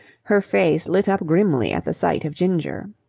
her face lit up grimly at the sight of ginger.